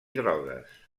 drogues